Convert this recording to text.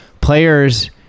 Players